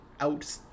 out